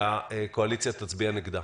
והקואליציה תצביע נגדה.